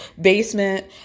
basement